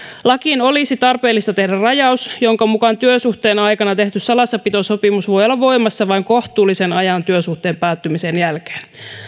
lakiin olisi tarpeellista tehdä rajaus jonka mukaan työsuhteen aikana tehty salassapitosopimus voi olla voimassa vain kohtuullisen ajan työsuhteen päättymisen jälkeen